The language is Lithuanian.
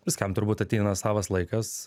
viskam turbūt ateina savas laikas